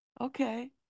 Okay